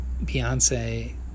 Beyonce